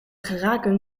geraken